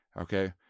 Okay